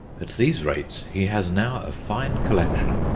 at these rates he has now a fine collection,